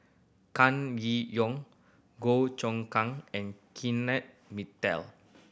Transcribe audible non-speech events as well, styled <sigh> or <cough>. Kam Kee Yong Goh Choon Kang and Kenneth <unintelligible>